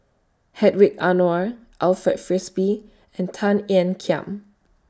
Hedwig Anuar Alfred Frisby and Tan Ean Kiam